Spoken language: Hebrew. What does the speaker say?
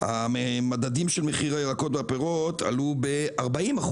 המדדים של מחיר הירקות והפירות עלו ב-40%,